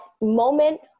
moment